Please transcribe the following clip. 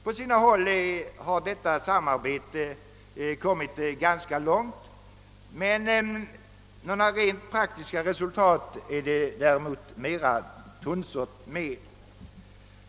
På sina håll har detta samarbete kommit ganska långt, men rent praktiska resultat är mer tunnsådda.